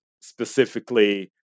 specifically